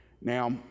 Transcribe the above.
Now